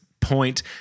Point